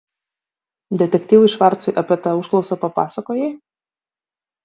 detektyvui švarcui apie tą užklausą papasakojai